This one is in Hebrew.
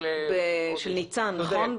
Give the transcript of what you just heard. של --- של ניצן, נכון?